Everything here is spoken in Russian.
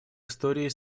истории